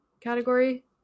category